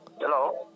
Hello